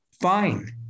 fine